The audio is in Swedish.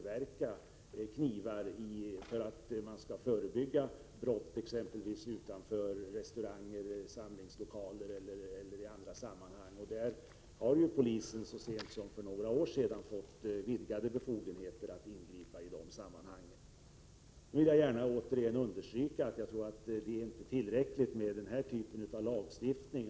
Man kan förebygga brott, t.ex. utanför restauranger och samlingslokaler, genom att förbjuda knivar. Här har ju polisen så sent som för några år sedan fått vidgade befogenheter att ingripa. Jag vill gärna återigen understryka att jag inte tror att det är tillräckligt med den här typen av lagstiftning.